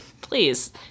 Please